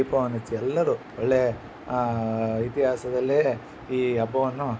ದೀಪವನ್ನು ಹಚ್ಚಿ ಎಲ್ಲರೂ ಒಳ್ಳೇ ಇತಿಹಾಸದಲ್ಲೇ ಈ ಹಬ್ಬವನ್ನು